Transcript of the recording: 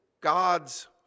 God's